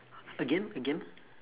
again again